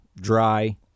dry